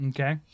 Okay